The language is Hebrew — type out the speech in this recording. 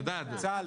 בממוצע.